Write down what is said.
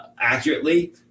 accurately